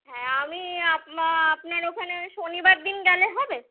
হ্যাঁ আমি আপ মা আপনার ওখানে ওই শনিবার দিন গেলে হবে